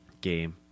game